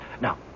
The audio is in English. Now